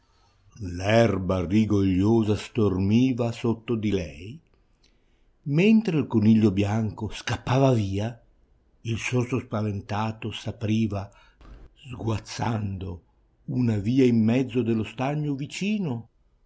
l'erba rigogliosa stormiva sotto di lei mentre il coniglio bianco scappava via il sorcio spaventato s'apriva sguazzando una via in mezzo dello stagno vicino poteva